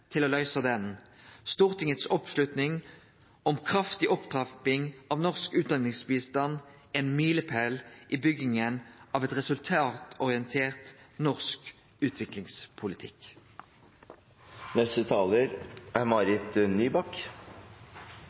til å løyse dei. Stortingets oppslutning om kraftig opptrapping av norsk utdanningsbistand er ein milepæl i bygginga av ein resultatorientert norsk